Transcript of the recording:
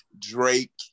Drake